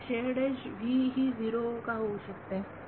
विद्यार्थीशेअर्ड edge v ही zero का होऊ शकते